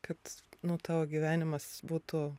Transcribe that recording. kad nu tavo gyvenimas būtų